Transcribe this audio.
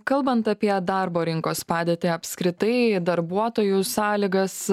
kalbant apie darbo rinkos padėtį apskritai darbuotojų sąlygas